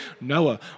Noah